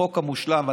החוק המושלם,